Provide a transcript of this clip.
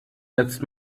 jetzt